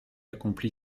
accompli